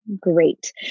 great